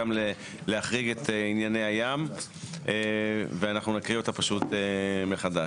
גם להחריג את ענייני הים ואנחנו נקריא אותה פשוט מחדש.